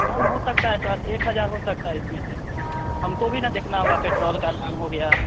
कम हो सकता है सर एक हज़ार हो सकता है इसमें से हमको भी ना देखना होगा पेट्रोल का दाम हो गया